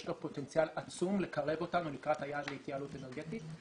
יש לו פוטנציאל עצום לקרב אותנו לקראת היעד להתייעלות אנרגטית.